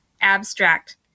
Abstract